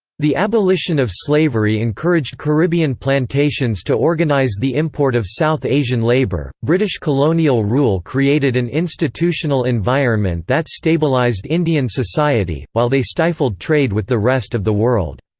the abolition of slavery encouraged caribbean plantations to organize the import of south asian labor british colonial rule created an institutional environment that stabilized indian society, while they stifled trade with the rest of the world.